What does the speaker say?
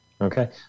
Okay